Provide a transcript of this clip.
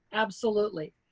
absolutely.